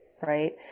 right